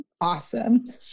Awesome